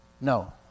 No